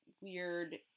weird